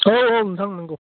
औ औ नोंथां नंगौ